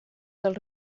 del